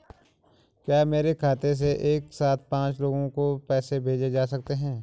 क्या मेरे खाते से एक साथ पांच लोगों को पैसे भेजे जा सकते हैं?